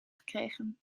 gekregen